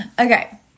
Okay